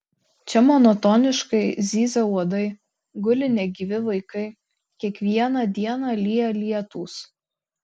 čia monotoniškai zyzia uodai guli negyvi vaikai kiekvieną dieną lyja lietūs